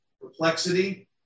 perplexity